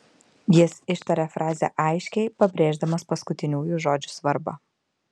jis ištarė frazę aiškiai pabrėždamas paskutiniųjų žodžių svarbą